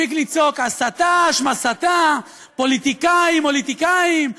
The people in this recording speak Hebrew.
מספיק לצעוק הסתה שמסתה, פוליטיקאים מוליטיקאים.